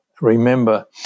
remember